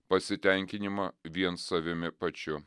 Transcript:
pasitenkinimą vien savimi pačiu